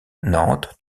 nantes